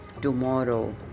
tomorrow